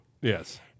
Yes